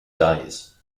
days